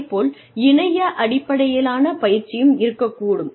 அதே போல இணைய அடிப்படையிலான பயிற்சியும் இருக்கக்கூடும்